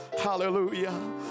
Hallelujah